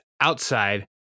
outside